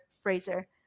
Fraser